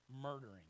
murdering